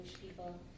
people